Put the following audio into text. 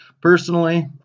Personally